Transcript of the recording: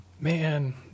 Man